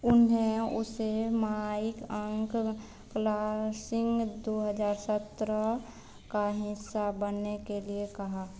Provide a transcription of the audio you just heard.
उन्हें उसे माईक अंक बा क्लासिंग दो हजार सत्रह का हिस्सा बनने के लिए कहा